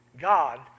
God